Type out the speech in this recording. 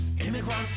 Immigrant